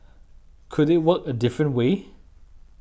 could it work a different way